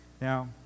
Now